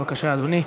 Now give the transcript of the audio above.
בבקשה, אדוני.